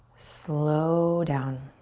slow down.